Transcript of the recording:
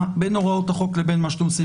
בין הוראות החוק לבין מה שאתם עושים,